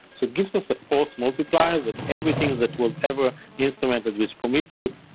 so it gives us a force multiplier that everything that was ever instrumented with prometheus,